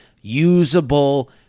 usable